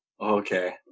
Okay